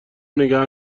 نگه